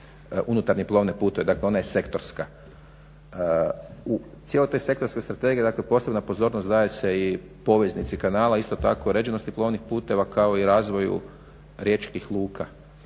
unutarnje plovne putove. Dakle ona je sektorska. U cijeloj toj sektorskoj strategiji posebna pozornost se daje i poveznici kanala, isto tako uređenosti plovnih puteva kao i razvoja riječkih luka.